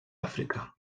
àfrica